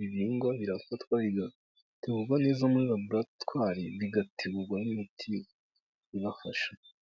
ibihingwa birafatwatemva neza muri raboratwari bigategurwa n'imiti ibafasha.